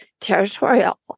territorial